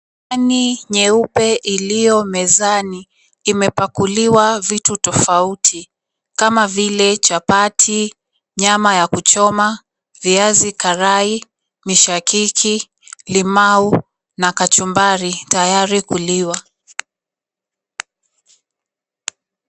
Sahani nyeupe iliyo mezani, imepakuliwa vitu tofauti kama vile chapati, nyama ya kuchoma, viazi karai, mishakiki, limau na kachumbari tayari kuliwa.